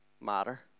matter